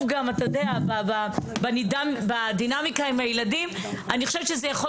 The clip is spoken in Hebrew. קרוב בדינמיקה עם הילדים אני חושבת שיכול